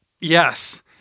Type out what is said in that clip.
Yes